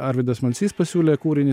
arvydas malcys pasiūlė kūrinį